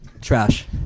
Trash